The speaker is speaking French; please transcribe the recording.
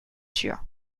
sûr